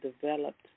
developed